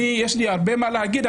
יש לי הרבה מה להגיד,